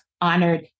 honored